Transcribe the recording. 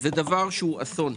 זה אסון.